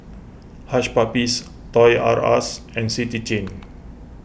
Hush Puppies Toys R Us and City Chain